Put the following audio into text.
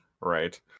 right